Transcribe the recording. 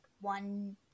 one